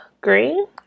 Green